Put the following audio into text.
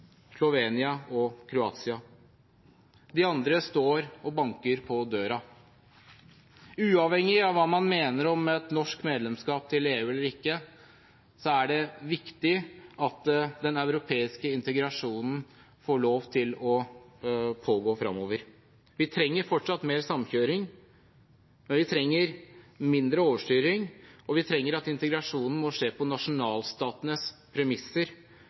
Slovenia og Kroatia. De andre står og banker på døren. Uavhengig av hva man mener om et norsk medlemskap i EU eller ikke, er det viktig at den europeiske integrasjonen får lov til å pågå fremover. Vi trenger fortsatt mer samkjøring, men vi trenger mindre overstyring. Vi trenger at integrasjonen skjer på nasjonalstatenes premisser,